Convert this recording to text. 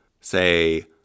say